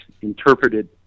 interpreted